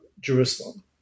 Jerusalem